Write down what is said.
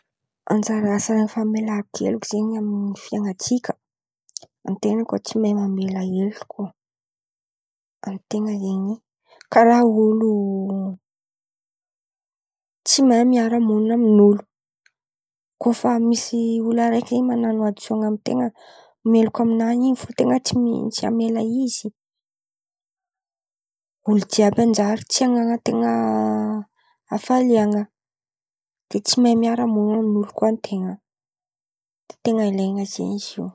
Anjara asa famelan-keloko zen̈y amin̈'ny fiainan̈a ntsika, an-ten̈a koa tsy mahay mamela heloko an-ten̈a zen̈y karà olo tsy mahay miara monina amin'olo; koa fa misy olo araiky zen̈y man̈ano adosoan̈a amin-ten̈a; meloko amin̈any in̈y fo zen̈y anten̈a tsy amela izy olo jiàby manjary tsy anan̈an-ten̈a ny ten̈a hafalian̈a; de tsy mahay miara monina amin'olo koa zen̈y an-ten̈a, ten̈a ilain̈a zen̈y zio.